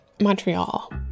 Montreal